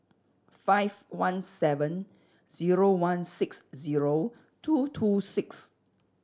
five one seven zero one six zero two two six